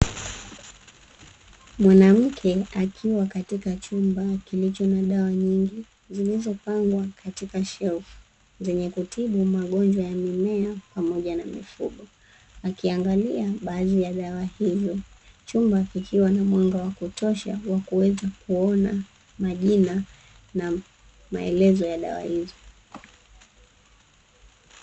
Mwanamke akiwa katika chumba kilicho na dawa nyingi zilizopangwa katika shelfu zenye kutibu magonjwa ya mimea pamoja na mifugo, akiangalia baadhi ya dawa hizo. Chumba kikiwa na mwanga wa kutosha wa kuweza kuona majina na maelezo ya dawa hizo.